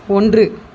ஒன்று